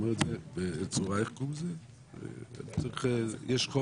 אין שום